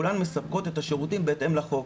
מספקות את השירותים בהתאם לחוק.